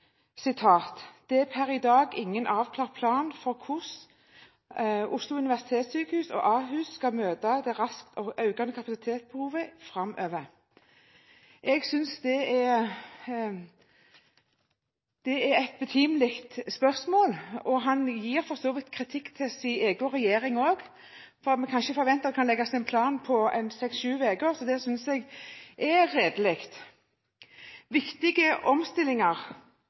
i dag ingen avklart plan for hvordan OUS og Ahus skal møte det raskt økende kapasitetsbehovet framover.» Jeg synes det er en betimelig påpekning. Han gir for så vidt kritikk til sin egen regjering også, for vi kan ikke forvente at det legges en plan på seks–syv uker, så det synes jeg er redelig. Viktige omstillinger